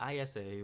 ISA